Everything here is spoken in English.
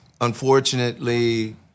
unfortunately